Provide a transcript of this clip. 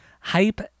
Hype